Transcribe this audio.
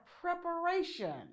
preparation